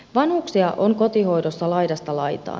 vanhuksia on kotihoidossa laidasta laitaan